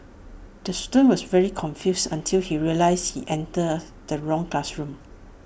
the student was very confused until he realised he entered the wrong classroom